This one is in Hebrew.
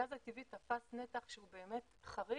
הגז הטבעי תפס נתח שהוא חריג.